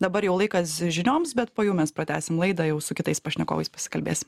dabar jau laikas žinioms bet po jų mes pratęsim laidą jau su kitais pašnekovais pasikalbės